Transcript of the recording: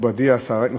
תודה רבה,